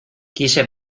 quise